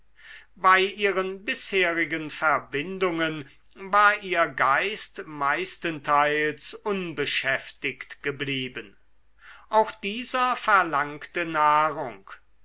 bei ihren bisherigen verbindungen war ihr geist meistenteils unbeschäftigt geblieben auch dieser verlangte nahrung